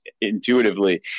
intuitively